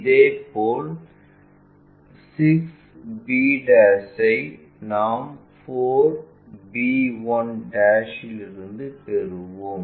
இதேபோல் 6 b ஐ நாம் 4 b1 இலிருந்து பெறுவோம்